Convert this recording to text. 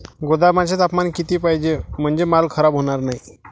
गोदामाचे तापमान किती पाहिजे? म्हणजे माल खराब होणार नाही?